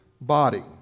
body